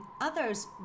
others